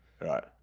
Right